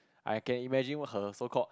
I can imagine what her so called